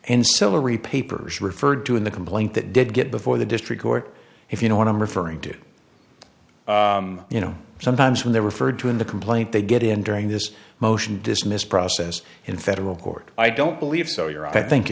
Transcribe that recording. in celery papers referred to in the complaint that did get before the district court if you know what i'm referring to you know sometimes when they're referred to in the complaint they get in during this motion dismiss process in federal court i don't believe so you're i think